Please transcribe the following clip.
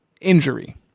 injury